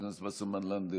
חברת הכנסת וסרמן לנדה,